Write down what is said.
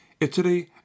Italy